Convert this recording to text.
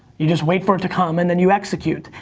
you just wait for it to come, and then you execute.